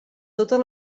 totes